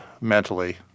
mentally